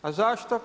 A zašto?